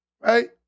Right